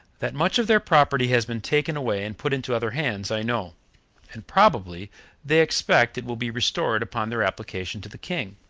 that much of their property has been taken away and put into other hands, i know and probably they expect it will be restored upon their application to the king.